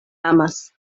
amas